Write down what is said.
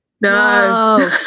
No